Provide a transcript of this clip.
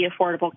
Affordable